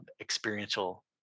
experiential